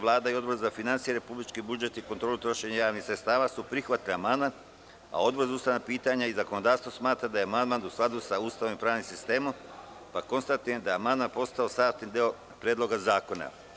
Vlada i Odbor za finansije, republički budžet i kontrolu trošenja javnih sredstava su prihvatili amandman, a Odbor za ustavna pitanja i zakonodavstvo smatra da je amandman u skladu sa Ustavom i pravnim sistemom, pa konstatujem da je amandman postao sastavni deo Predloga zakona.